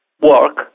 work